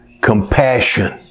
Compassion